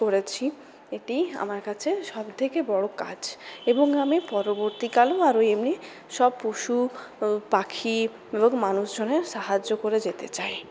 করেছি এটি আমার কাছে সবথেকে বড়ো কাজ এবং আমি পরবর্তীকালেও এমনি সব পশু পাখি এবং মানুষজনের সাহায্য করে যেতে চাই